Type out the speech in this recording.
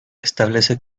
establece